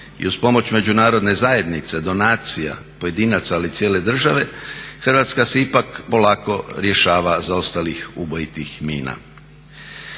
I uz pomoć međunarodne zajednice, donacija, pojedinaca ili cijele države Hrvatske se ipak polako rješava zaostalih ubojitih mina.